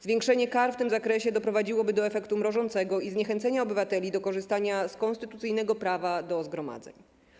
Zwiększenie kar w tym zakresie doprowadziłoby do efektu mrożącego i zniechęcenia obywateli do korzystania z konstytucyjnego prawa do zgromadzeń.